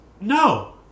No